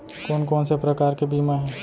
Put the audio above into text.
कोन कोन से प्रकार के बीमा हे?